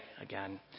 again